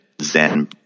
Zen